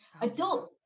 adult